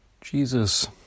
Jesus